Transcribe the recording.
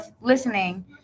listening